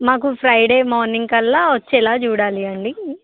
మాకు Friday morning కల్లా వచ్చేలా చూడాలి అండి